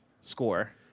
score